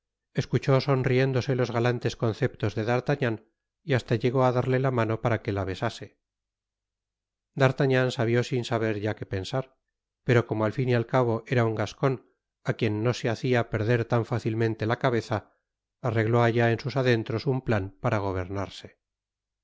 escuchó sonriéndose los galantes conceptos de d'artagnan y hasta llegó á darle la mano para que la besase d'artagnan salió sin saber ya que pensar pero como al fin y al cabo era un gascon á quien no se hacia perder tan fácilmente la cabeza arregló allá en sus adentros un plan para gobernarse a